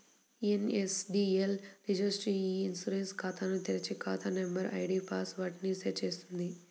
NSDL repository e insurance ఖాతాను తెరిచి, ఖాతా నంబర్, ఐడీ పాస్ వర్డ్ ని సెట్ చేస్తుంది